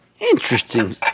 Interesting